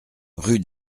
rue